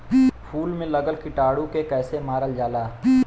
फूल में लगल कीटाणु के कैसे मारल जाला?